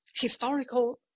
historical